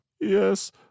Yes